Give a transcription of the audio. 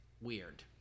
weird